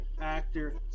actor